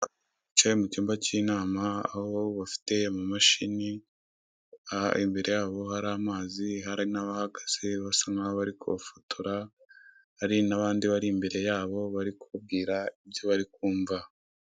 Bicaye mu cyumba k'inama aho bafite amamashini, imbere yabo hari amazi hari n'abahagaze basa nkaho bari kubafotora hari n'abandi bari imbere yabo bari kubabwira ibyo bari kumva.